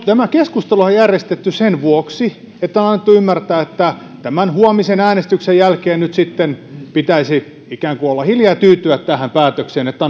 tämä keskusteluhan on järjestetty sen vuoksi että on annettu ymmärtää että tämän huomisen äänestyksen jälkeen nyt sitten pitäisi ikään kuin olla hiljaa ja tyytyä tähän päätökseen että